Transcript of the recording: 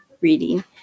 reading